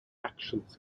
actions